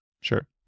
Sure